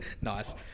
Nice